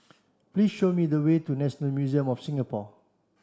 please show me the way to National Museum of Singapore